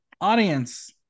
audience